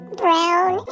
brown